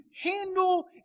handle